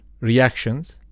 reactions